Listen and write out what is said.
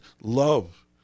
love